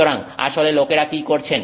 সুতরাং আসলে লোকেরা কি করেছেন